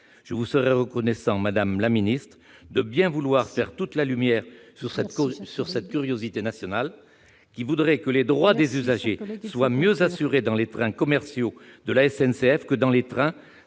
Je vous serais reconnaissant, madame la ministre, de bien vouloir faire toute la lumière sur cette curiosité nationale qui voudrait que les droits des clients des trains commerciaux de la SNCF soient